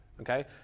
okay